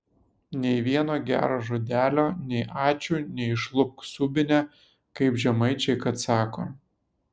nei vieno gero žodelio nei ačiū nei išlupk subinę kaip žemaičiai kad sako